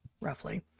roughly